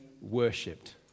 worshipped